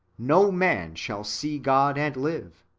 no man shall see god and live,